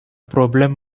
problem